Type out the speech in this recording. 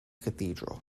cathedral